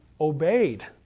obeyed